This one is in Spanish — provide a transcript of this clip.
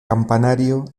campanario